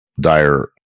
dire